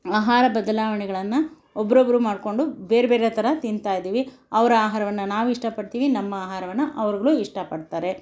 ಆಹಾರ ಬದಲಾವಣೆಗಳನ್ನು ಒಬ್ರೊಬ್ರು ಮಾಡ್ಕೊಂಡು ಬೇರೆಬೇರೆ ಥರ ತಿಂತಾಯಿದೀವಿ ಅವರ ಆಹಾರವನ್ನು ನಾವು ಇಷ್ಟಪಡ್ತೀವಿ ನಮ್ಮ ಆಹಾರವನ್ನು ಅವರುಗಳು ಇಷ್ಟಪಡ್ತಾರೆ